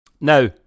now